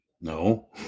No